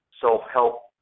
self-help